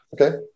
Okay